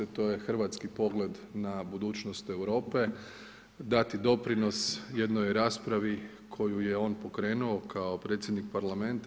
To je hrvatski pogled na budućnost Europe, dati doprinos jednoj raspravi koju je on pokrenuo kao predsjednik Parlamenta.